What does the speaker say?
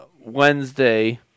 Wednesday